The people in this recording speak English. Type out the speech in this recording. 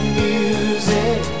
music